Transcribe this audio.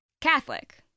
Catholic